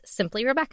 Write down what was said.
simplyrebecca